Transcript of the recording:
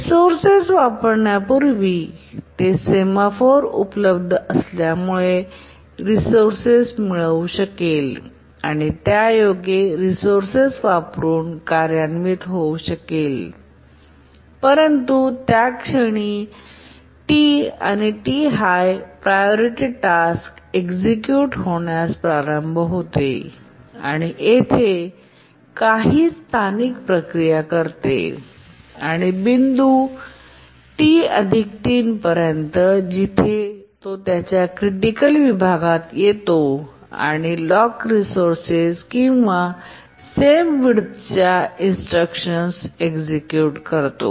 resources वापरण्यापूर्वी ते semaphore उपलब्ध असल्यामुळे रिसोर्सेस मिळवू शकेल आणि त्यायोगे रिसोर्सेस वापरुन कार्यान्वित होऊ शकेल परंतु त्या क्षणी T T high priority task execute होण्यास प्रारंभ होते आणि ते येथे काही स्थानिक प्रक्रिया करते आणि बिंदू T 3 पर्यंत जिथे तो त्याच्या क्रिटिकल विभागात येतो आणि लॉक रिसोर्सेस किंवा सेम विड्थच्या इंस्ट्रकशन्स एक्सिक्युट करतो